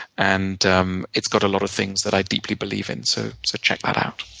and um it's got a lot of things that i deeply believe in, so so check that out.